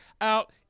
out